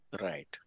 Right